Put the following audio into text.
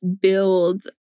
build